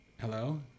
Hello